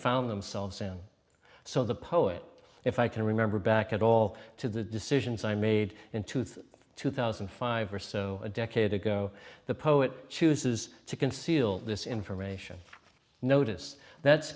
found themselves in so the poet if i can remember back at all to the decisions i made in tooth two thousand and five or so a decade ago the poet chooses to conceal this information notice that's